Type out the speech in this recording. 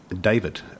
David